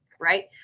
Right